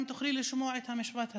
אם תוכלי לשמוע את המשפט הזה,